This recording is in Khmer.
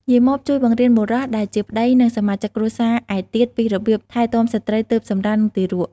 យាយម៉បជួយបង្រៀនបុរសដែលជាប្ដី ឬ សមាជិកគ្រួសារឯទៀតពីរបៀបថែទាំស្ត្រីទើបសម្រាល និងទារក។